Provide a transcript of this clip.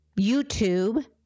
YouTube